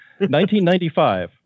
1995